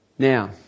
Now